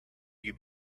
you